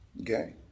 Okay